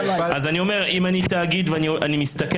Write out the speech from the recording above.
אז אני אומר שאם אני תאגיד ואני מסתכן